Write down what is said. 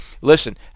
Listen